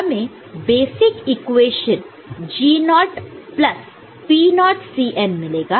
तो हमें basic equation G0 naught naught plus P0 naught naught Cn मिलेगा